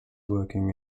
working